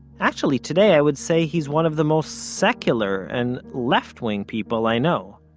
actually today, i would say he's one of the most secular and left-wing people i know.